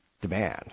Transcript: demand